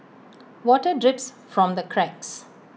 water drips from the cracks